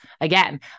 Again